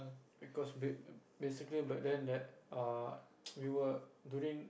because ba~ basically but then that err we were during